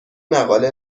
مقاله